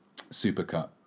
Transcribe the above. supercut